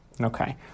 okay